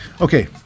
Okay